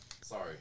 Sorry